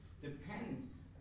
depends